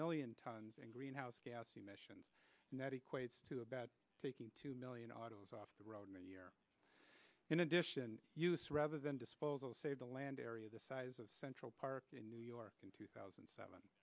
million tons in greenhouse gas emissions and that equates to about taking two million autos off the road in a year in addition rather than disposal say the land area the size of central park in new york in two thousand and seven